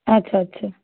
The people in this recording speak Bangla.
আচ্ছা আচ্ছা